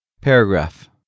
Paragraph